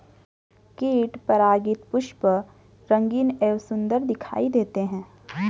कीट परागित पुष्प रंगीन एवं सुन्दर दिखाई देते हैं